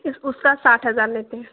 اس اس کا ساٹھ ہزار لیتے ہیں